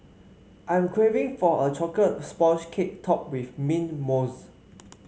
I am craving for a chocolate sponge cake topped with mint mousse